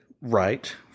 Right